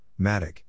Matic